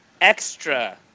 extra